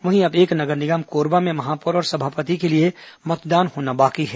वहीं अब एक नगर निगम कोरबा में महापौर और सभापति के लिए मतदान होना बाकी है